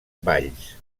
valls